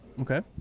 Okay